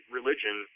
religion